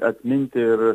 atminti ir